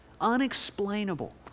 Unexplainable